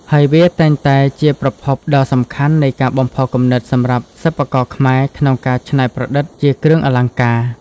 ហើយវាតែងតែជាប្រភពដ៏សំខាន់នៃការបំផុសគំនិតសម្រាប់សិប្បករខ្មែរក្នុងការច្នៃប្រឌិតជាគ្រឿងអលង្ការ។